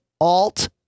alt